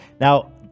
Now